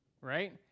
right